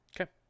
okay